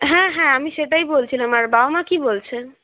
হ্যাঁ হ্যাঁ আমি সেটাই বলছিলাম আর বাবা মা কি বলছে